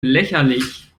lächerlich